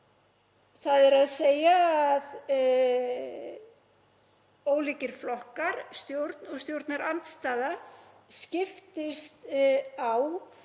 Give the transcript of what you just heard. rótera, þ.e. að ólíkir flokkar, stjórn og stjórnarandstaða, skiptist á